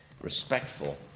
respectful